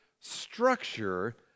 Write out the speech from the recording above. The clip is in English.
structure